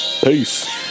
Peace